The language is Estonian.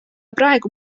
praegu